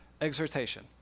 exhortation